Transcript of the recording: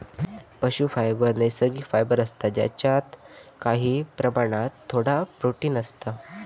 पशू फायबर नैसर्गिक फायबर असता जेच्यात काही प्रमाणात थोडा प्रोटिन असता